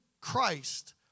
Christ